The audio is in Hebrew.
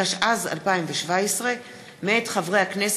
מאיר כהן,